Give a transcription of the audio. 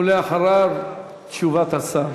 ואחריו, תשובת השר.